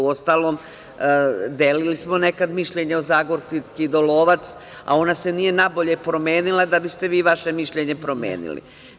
Uostalom, delili smo nekad mišljenje o Zagorki Dolovac, a ona se nije nabolje promenila da biste vi vaše mišljenje promenili.